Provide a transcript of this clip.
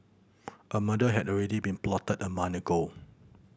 a murder had already been plotted a month ago